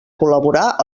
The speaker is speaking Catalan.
col·laborar